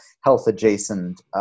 health-adjacent